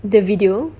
the video